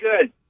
good